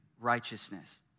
righteousness